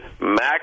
Max